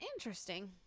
interesting